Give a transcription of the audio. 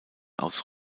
aus